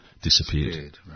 Disappeared